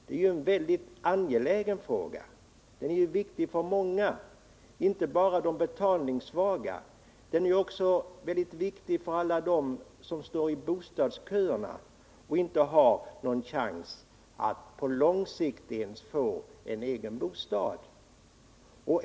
Det är ju en väldigt angelägen fråga. Den är viktig inte bara för de betalningssvaga utan också för alla dem som står i bostadsköerna och inte har någon chans att ens på lång sikt få en egen bostad.